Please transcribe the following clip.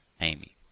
amy